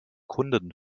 kunden